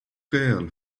girl